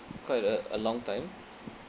quite a a long time